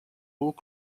haut